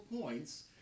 points